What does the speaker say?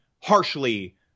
harshly